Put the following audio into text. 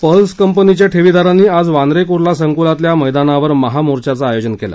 pearls कंपनीच्या ठेवीदारांनी आज वांद्रे कुर्ला संकुलातल्या मैदानावर महामोर्चाचं आयोजन केलं